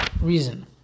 reason